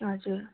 हजुर